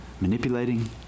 manipulating